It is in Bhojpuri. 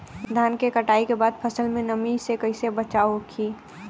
धान के कटाई के बाद फसल के नमी से कइसे बचाव होखि?